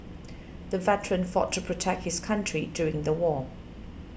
the veteran fought to protect his country during the war